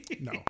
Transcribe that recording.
no